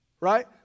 Right